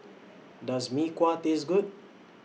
Does Mee Kuah Taste Good